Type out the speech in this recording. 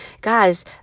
Guys